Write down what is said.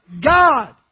God